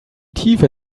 tiefe